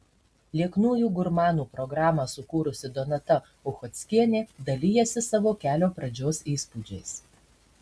lieknųjų gurmanų programą sukūrusi donata uchockienė dalijasi savo kelio pradžios įspūdžiais